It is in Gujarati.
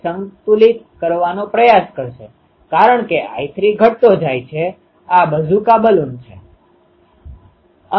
તેથી દેખીતી રીતે આપણે ભૌતિક રીતે કહી શકીએ કે જો ફેઝ તફાવત ન હોય તો બિંદુ P પર ત્યાંની મહત્તમ વસ્તુ હશે કારણ કે જો આપણે ફરીથી એન્ટેના એરે પર નજર કરીએ તો r1 અને r2 સપ્રમાણતાવાળા છે